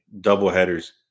double-headers